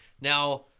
Now